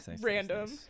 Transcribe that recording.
random